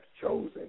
chosen